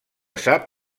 sap